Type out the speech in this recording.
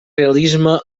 realisme